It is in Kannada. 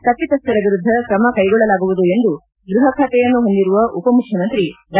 ತಪ್ಪತಸ್ಥರ ವಿರುದ್ಧ ತ್ರಮ ಕೈಗೊಳ್ಳಲಾಗುವುದು ಎಂದು ಗೃಪ ಖಾತೆಯನ್ನೂ ಹೊಂದಿರುವ ಉಪಮುಖ್ಯಮಂತ್ರಿ ಡಾ